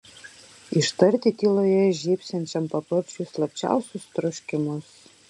ištarti tyloje žybsinčiam paparčiui slapčiausius troškimus